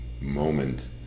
moment